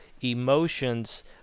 emotions